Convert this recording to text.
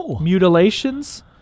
mutilations